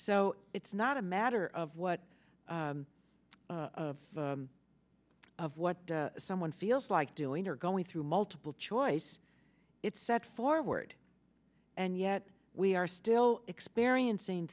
so it's not a matter of what of of what someone feels like doing or going through multiple choice it's set forward and yet we are still experiencing